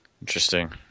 Interesting